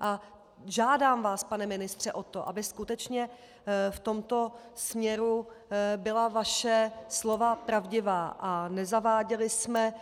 A žádám vás, pane ministře, o to, aby skutečně v tomto směru byla vaše slova pravdivá a nezaváděli jsme